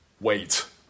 Wait